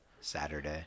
Saturday